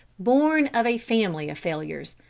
born of a family of failures.